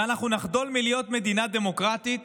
ואנחנו נחדל מלהיות מדינה דמוקרטית